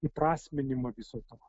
įprasminimą viso to